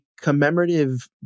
commemorative